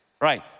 right